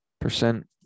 percent